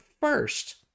first